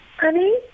honey